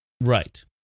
Right